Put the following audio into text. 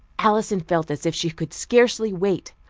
alison felt as if she could scarcely wait.